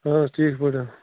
اَہَن حظ ٹھیٖک پٲٹھۍ